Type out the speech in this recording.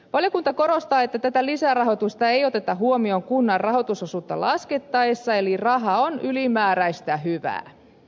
valiokunta korostaa että tätä lisärahoitusta ei oteta huomioon kunnan rahoitusosuutta laskettaessa eli raha on ylimääräistä hyvää